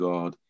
God